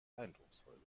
eindrucksvoll